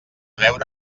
veure